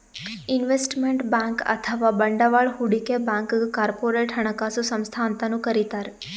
investment bank ಅಥವಾ ಬಂಡವಾಳ್ ಹೂಡಿಕೆ ಬ್ಯಾಂಕ್ಗ್ ಕಾರ್ಪೊರೇಟ್ ಹಣಕಾಸು ಸಂಸ್ಥಾ ಅಂತನೂ ಕರಿತಾರ್